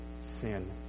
sin